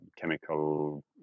chemical